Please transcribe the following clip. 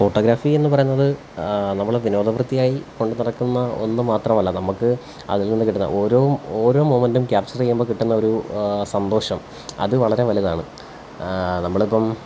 photography എന്ന് പറഞ്ഞത് നമ്മള് വിനോദവൃത്തിയായി കൊണ്ടുനടക്കുന്ന ഒന്ന് മാത്രമല്ല നമുക്ക് അതില്നിന്ന് കിട്ടുന്ന ഓരോ ഓരോ മൊമെന്റും ക്യാപ്ച്ചർ ചെയ്യുമ്പം കിട്ടുന്ന ഒരു സന്തോഷം അത് വളരെ വലുതാണ് നമ്മളിപ്പം